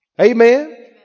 Amen